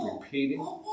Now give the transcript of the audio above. repeating